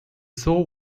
show